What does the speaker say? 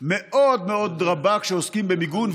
מאוד מאוד רבה כשעוסקים במיגון,